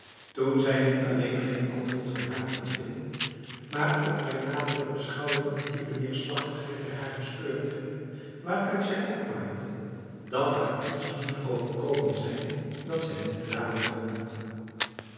toen zij niet alleen geen antwoord van haar ontving maar ook bij nadere beschouwing een diepe neerslachtigheid bij haar bespeurde waaruit zij opmaakte dat haar iets moest overkomen zijn dat zij niet raden kon